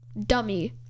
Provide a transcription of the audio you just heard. Dummy